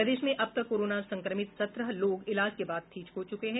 प्रदेश में अब तक कोरोना संक्रमित सत्रह लोग इलाज के बाद ठीक हो चुके हैं